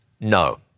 No